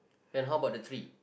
and how about the tree